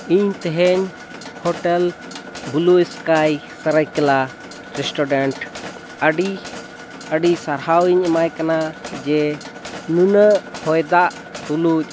ᱤᱧ ᱛᱮᱦᱮᱧ hotel blue sky ᱥᱚᱨᱟᱭᱠᱮᱞᱞᱟ ᱨᱮᱥᱴᱩᱨᱮᱱᱴ ᱟᱹᱰᱤ ᱟᱹᱰᱤ ᱥᱟᱨᱦᱟᱣ ᱤᱧ ᱮᱢᱟᱭ ᱠᱟᱱᱟ ᱡᱮ ᱱᱩᱱᱟᱹᱜ ᱦᱚᱭ ᱫᱟᱜ ᱛᱩᱞᱩᱡ